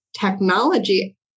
technology